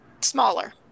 smaller